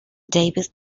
davis